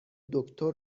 دکتر